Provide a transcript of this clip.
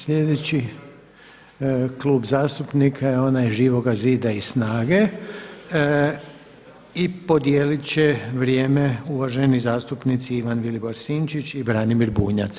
Sljedeći klub zastupnika je onaj Živoga zida i SNAGA-e i podijelit će vrijeme uvaženi zastupnici Ivan Vilibor Sinčić i Branimir Bunjac.